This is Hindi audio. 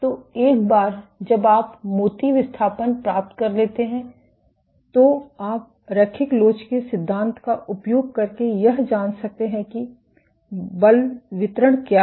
तो एक बार जब आप मोती विस्थापन प्राप्त कर लेते हैं तो आप रैखिक लोच के सिद्धांत का उपयोग करके यह जान सकते हैं कि बल वितरण क्या है